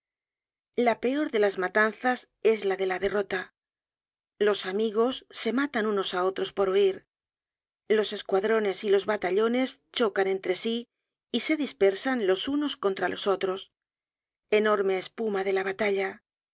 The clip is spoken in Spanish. la peor de las matanzas es la de la derrota los amigos se matan unos á otros por huir los escuadrones y los batallones chocan entre sí y se dispersan los unos contra los otros enorme espuma de la batalla